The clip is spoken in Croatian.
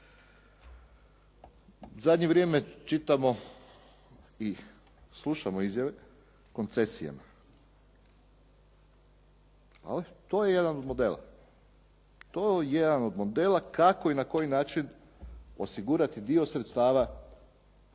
zadnje vrijeme čitamo i slušamo izjave o koncesijama. To je jedan od modela. To je jedan od modela kako i na koji način osigurati dio sredstava